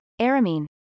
aramine